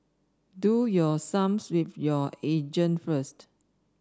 do your sums with your agent first